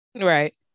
Right